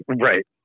Right